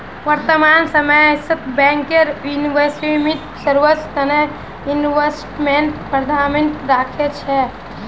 वर्तमान समयत bank investment service तने इन्वेस्टमेंट प्रबंधक राखे छे